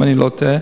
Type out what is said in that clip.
אם אני לא טועה,